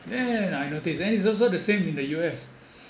then I notice then it's also the same in the U_S